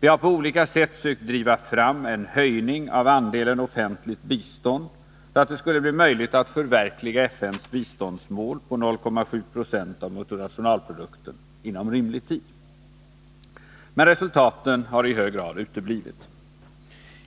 Vi har på olika sätt sökt driva fram en höjning av andelen offentligt bistånd, så att det skulle bli möjligt att inom rimlig tid förverkliga FN:s biståndsmål på 0,7 70 av bruttonationalprodukten. Men resultaten har i stor utsträckning uteblivit.